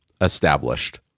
established